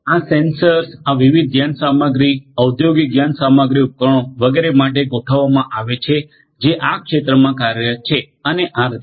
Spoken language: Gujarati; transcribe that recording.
આ સેન્સર્સ આ વિવિધ યંત્રસામગ્રી ઔદ્યોગિક યંત્રસામગ્રી ઉપકરણો વગેરે માટે ગોઢવવામા આવે છે જે આ ક્ષેત્રમાં કાર્યરત છે અને આ રીતે